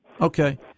Okay